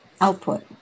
output